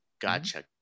gotcha